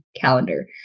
calendar